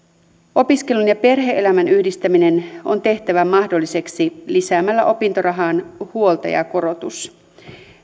opiskelun ja perhe elämän yhdistäminen on tehtävä mahdolliseksi lisäämällä opintorahaan huoltajakorotus